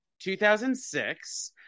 2006